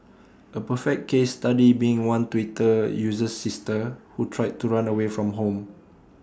A perfect case study being one Twitter user's sister who tried to run away from home